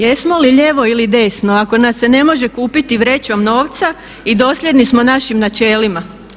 Jesmo li lijevo ili desno ako nas se ne može kupiti vrećom novca i dosljedni smo našim načelima?